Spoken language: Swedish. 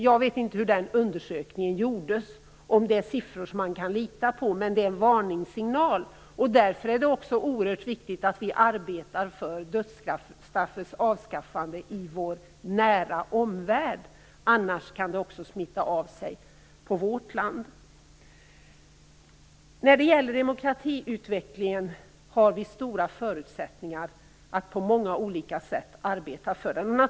Jag vet inte hur den undersökningen gjordes och om det är siffror som man kan lita på, men det är en varningssignal. Därför är det också oerhört viktigt att vi arbetar för dödsstraffets avskaffande i vår nära omvärld - annars kan det smitta av sig också på vårt land. Vi har stora förutsättningar att på många olika sätt arbeta för demokratiutvecklingen.